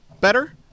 better